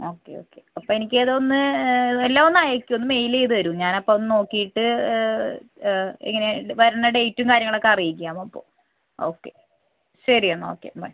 okay okay അപ്പം എനിക്ക് അതൊന്ന് എല്ലാം ഒന്ന് അയക്കുമോ ഒന്ന് മെയിൽ ചെയ്ത് തരുമോ ഞാൻ അപ്പം ഒന്ന് നോക്കിയിട്ട് എങ്ങനെയാണ് വരണ്ടത് ഡേറ്റും കാര്യങ്ങളൊക്കെ അറിയിക്കാം ഓക്കെ ശരി എന്നാൽ ഓക്കെ ബൈ